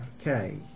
Okay